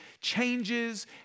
changes